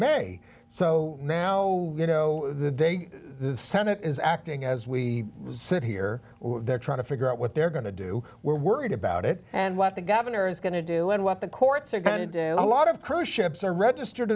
may so now you know they the senate is acting as we sit here they're trying to figure out what they're going to do we're worried about it and what the governor is going to do and what the courts are going to do a lot of cruise ships are registered